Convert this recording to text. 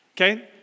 okay